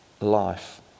life